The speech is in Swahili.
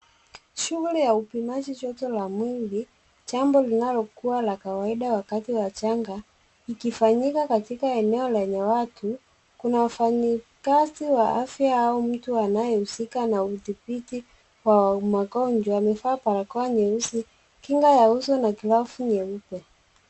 Shuguli ya upimaji joto la mwili. Jambo linalokuwa la kawaida wakati wa janga ikifanyika katika eneo lenye watu. Kuna wafanyikazi wa afya au mtu anayehusika na udhibiti wa magonjwa amevaa barakoa nyeusi, kinga ya uso na glavu nyeupe.